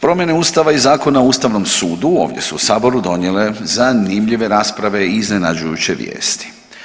Promjene Ustava i Zakona o Ustavnom sudu ovdje su u saboru donijele zanimljive rasprave i iznenađujuće vijesti.